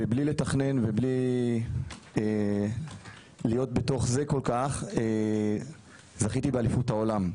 ובלי לתכנן ובלי להיות בתוך זה כל כך זכיתי באליפות העולם.